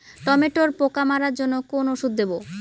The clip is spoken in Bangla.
টমেটোর পোকা মারার জন্য কোন ওষুধ দেব?